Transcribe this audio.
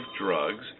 drugs